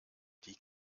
die